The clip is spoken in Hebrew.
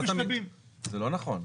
זה לא נכון.